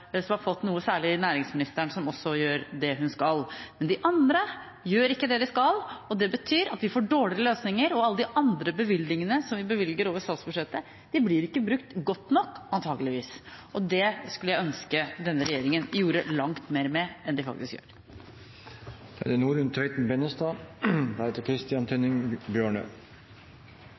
også gjør det hun skal, men de andre gjør ikke det de skal. Det betyr at vi får dårligere løsninger, og alle de andre bevilgningene over statsbudsjettet blir ikke brukt godt nok antakeligvis, og det skulle jeg ønske denne regjeringen gjorde langt mer med enn det den faktisk